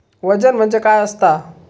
वजन म्हणजे काय असता?